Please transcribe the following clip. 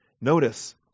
Notice